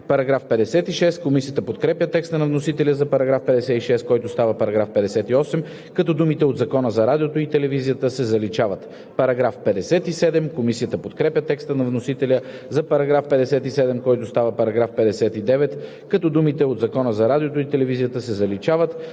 5 на чл. 32“. Комисията подкрепя текста на вносителя за § 56, който става § 58, като думите „от Закона за радиото и телевизията“ се заличават. Комисията подкрепя текста на вносителя за § 57, който става § 59, като думите „от Закона за радиото и телевизията“ се заличават.